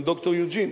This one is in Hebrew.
וגם ד"ר יוג'ין,